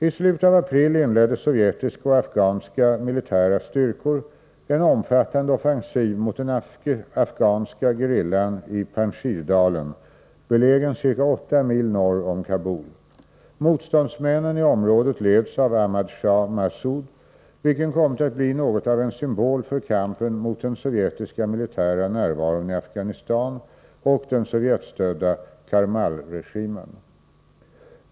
I slutet av april inledde sovjetiska och afghanska militära styrkor en omfattande offensiv mot den afghanska gerillan i Panjshirdalen, belägen ca 8 mil norr om Kabul. Motståndsmännen i området leds av Ahmad Shah Massoud, vilken kommit att bli något av en symbol för kampen mot den sovjetiska militära närvaron i Afghanistan och den sovjetstödda Karmalregimen.